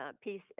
piece